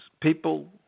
people